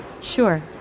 Sure